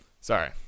Sorry